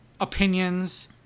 opinions